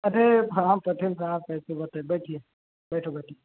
अरे हाँ हाँ पटेल साहब कैसी बात है बैठिए बैठो बैठो